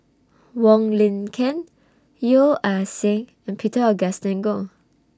Wong Lin Ken Yeo Ah Seng and Peter Augustine Goh